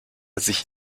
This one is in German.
sich